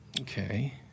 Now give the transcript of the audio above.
Okay